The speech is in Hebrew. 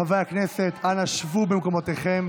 חברי הכנסת, אנא שבו במקומותיכם.